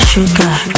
Sugar